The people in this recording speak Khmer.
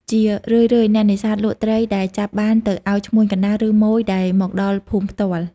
ជារឿយៗអ្នកនេសាទលក់ត្រីដែលចាប់បានទៅឱ្យ ឈ្មួញកណ្តាល ឬម៉ូយដែលមកដល់ភូមិផ្ទាល់។